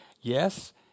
yes